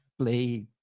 play